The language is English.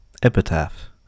Epitaph